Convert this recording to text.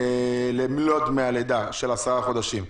למלוא דמי הלידה של עשרה חודשים.